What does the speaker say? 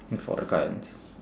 for the clients